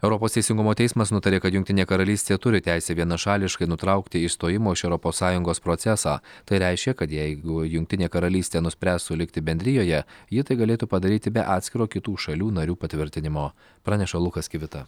europos teisingumo teismas nutarė kad jungtinė karalystė turi teisę vienašališkai nutraukti išstojimo iš europos sąjungos procesą tai reiškia kad jeigu jungtinė karalystė nuspręstų likti bendrijoje ji tai galėtų padaryti be atskiro kitų šalių narių patvirtinimo praneša lukas kvita